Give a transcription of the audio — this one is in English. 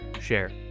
share